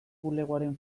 bulegoaren